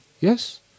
yes